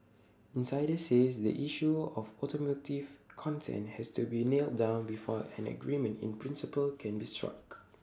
insiders say the issue of automotive content has to be nailed down before an agreement in principle can be struck